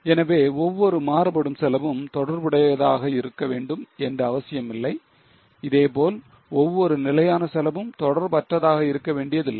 எனவே ஒவ்வொரு மாறுபடும் செலவும் தொடர்புடையதாக இருக்க வேண்டும் என்ற அவசியமில்லை இதேபோல் ஒவ்வொரு நிலையான செலவும் தொடர்பற்றதாக இருக்க வேண்டியதில்லை